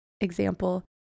example